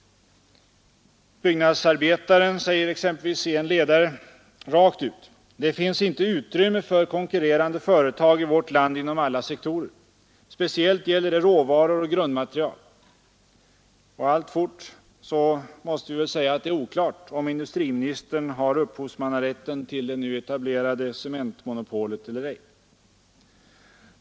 Byggnadsarbetaren säger exempelvis i en ledare rakt ut: ”Det finns inte utrymme för konkurrerande företag i vårt land inom alla sektorer. Speciellt gäller det råvaror och grundmateriel.” Och alltfort måste vi väl säga att det är oklart om industriministern har upphovsmannarätten till det nu etablerade cementmonopolet eller ej.